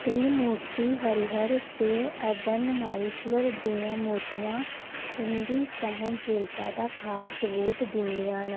त्रिमूर्ति हरिहर ते अर्धनारीश्वर दियां मूर्तियां उं'दी सैह्नशीलता दा खास सबूत दिंदियां न